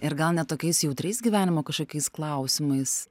ir gal net tokiais jautriais gyvenimo kažkokiais klausimais